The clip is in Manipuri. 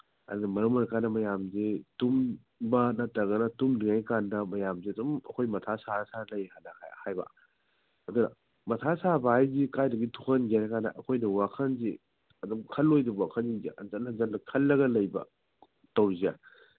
ꯑꯗꯨꯅ ꯃꯔꯝ ꯑꯣꯏꯔꯀꯥꯟꯗ ꯃꯌꯥꯝꯁꯤ ꯇꯨꯝꯕ ꯅꯠꯇ꯭ꯔꯒꯅ ꯇꯨꯝꯗ꯭ꯔꯤꯉꯩꯀꯥꯟꯗ ꯃꯌꯥꯝꯁꯦ ꯑꯗꯨꯝ ꯑꯩꯈꯣꯏ ꯃꯊꯥ ꯁꯥꯔ ꯁꯥꯔ ꯂꯩꯌꯦꯅ ꯍꯥꯏꯕ ꯑꯗꯨꯅ ꯃꯊꯥ ꯁꯥꯕ ꯍꯥꯏꯁꯤ ꯀꯥꯏꯗꯒꯤ ꯊꯣꯛꯍꯟꯒꯦ ꯍꯥꯏ ꯀꯥꯟꯗ ꯑꯩꯈꯣꯏꯗ ꯋꯥꯈꯟꯁꯤ ꯑꯗꯨꯝ ꯈꯜꯂꯣꯏꯗꯕ ꯋꯥꯈꯟꯁꯤꯡꯁꯦ ꯍꯟꯖꯤꯟ ꯍꯟꯖꯤꯟꯅ ꯈꯜꯂꯒ ꯂꯩꯕ ꯇꯧꯔꯤꯁꯦ